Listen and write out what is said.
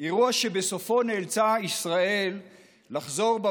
אירוע שבסופו נאלצה ישראל לחזור בה